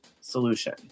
solution